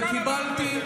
לא יעזור כמה שתצעקו.